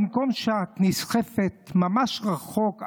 במקום להיסחף ממש רחוק,